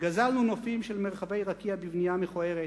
גזלנו נופם של מרחבי רקיע בבנייה מכוערת.